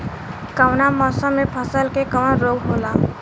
कवना मौसम मे फसल के कवन रोग होला?